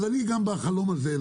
אז אני גם בחלום הזה.